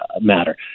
matter